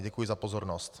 Děkuji za pozornost.